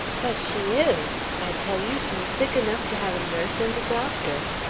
but she is! i tell you she is sick enough to have a nurse and a doctor.